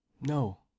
No